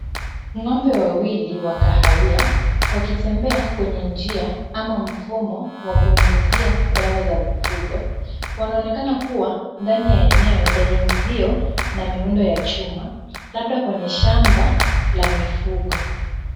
Ng'ombe wawili wa kahawia wakitembea kwenye njia ama mfumo wa kunyunyizia dawa za mifugo, wanaonekana kuwa ndani ya eneo lenye uzio na miundo ya chuma labda kwenye shamba la mifugo.